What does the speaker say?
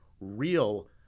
real